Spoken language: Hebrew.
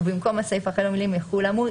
ובמקום הסיפה החל במילים "יחול כאמור",